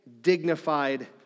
dignified